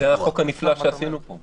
זה החוק הנפלא שעשינו פה,